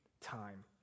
time